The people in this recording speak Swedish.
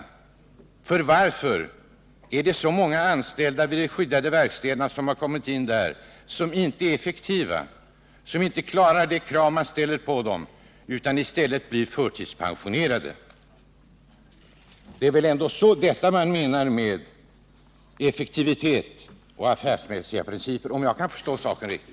Varför är så många anställda vid de skyddade verkstäderna inte effektiva? Varför motsvarar de inte de krav som ställs på dem utan måste bli förtidspensionerade? Det är väl ändå detta man menar med ”effektivitet” och ”affärsmässiga principer”, om jag kan förstå saken riktigt.